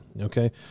okay